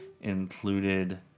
included